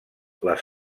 les